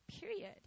period